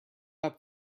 out